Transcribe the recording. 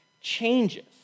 changes